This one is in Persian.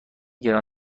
گران